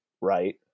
right